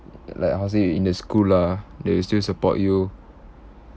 like how to say you in the school lah they will still support you